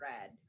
red